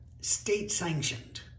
state-sanctioned